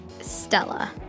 stella